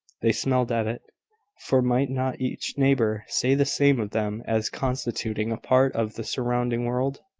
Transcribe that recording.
they smiled at it for might not each neighbour say the same of them as constituting a part of the surrounding world?